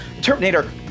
Terminator